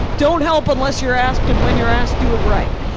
don't help unless you're asked. and when you're asked, do it right.